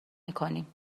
میکنیم